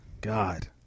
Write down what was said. God